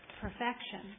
perfection